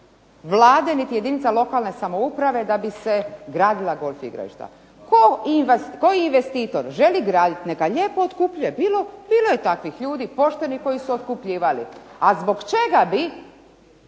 Vlade niti jedinica lokalne samouprave da bi se gradila golf igrališta. Koji investitor želi graditi neka lijepo otkupljuje. Bilo je takvih poštenih ljudi koji su otkupljivali. A zbog čega bi